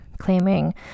claiming